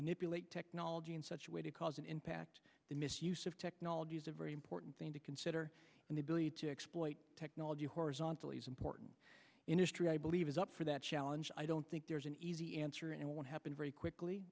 manipulate technology in such a way to cause an impact the misuse of technology is a very important thing to consider and the ability to exploit technology horizontally is important industry i believe is up for that challenge i don't think there's an easy answer and it won't happen very quickly